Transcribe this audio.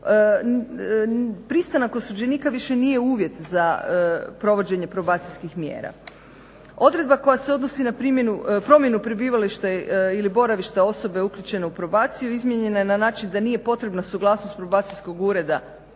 pristanak osuđenika više nije uvjet za provođenje probacijskih mjera. Odredba koja se odnosi na promjenu prebivališta ili boravišta uključene u probacije izmijenjena je na način da nije potrebno suglasnost probacijskog ureda